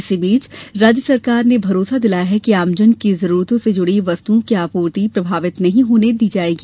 इसी बीच राज्य सरकार ने भरोसा दिलाया है कि आमजन की जरूरतों से जुड़ी वस्तुओं की आपूर्ति प्रभावित नहीं होने दी जाएगी